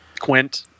Quint